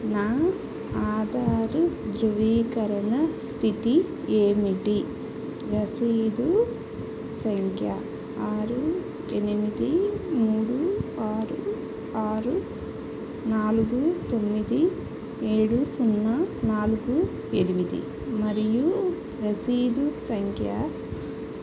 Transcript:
నా ఆధారు ధ్రువీకరణ స్థితి ఏమిటి రసీదు సంఖ్య ఆరు ఎనిమిది మూడు ఆరు ఆరు నాలుగు తొమ్మిది ఏడు సున్నా నాలుగు ఎనిమిది మరియు రసీదు సంఖ్య